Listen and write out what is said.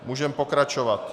Můžeme pokračovat.